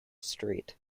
strait